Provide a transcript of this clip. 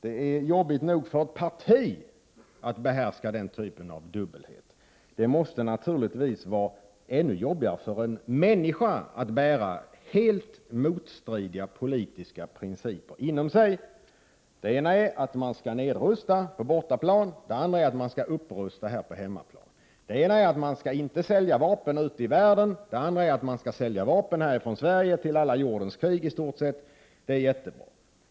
Det är jobbigt nog för ett parti att behärska den typen av dubbelhet. Det måste naturligtvis vara ännu jobbigare för en människa att bära helt motstridiga politiska principer inom sig. Den ena är att man skall nedrusta på bortaplan, den andra att man skall upprusta här på hemmaplan. Den ena är att man skall inte sälja vapen ute i världen, den andra att man skall sälja vapen från Sverige till i stort sett alla jordens krig.